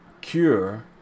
cure